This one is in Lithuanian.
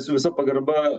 su visa pagarba